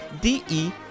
d-e